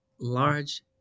large